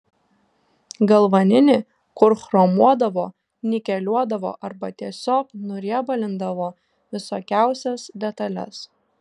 galvaninį kur chromuodavo nikeliuodavo arba tiesiog nuriebalindavo visokiausias detales